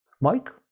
Mike